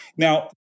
Now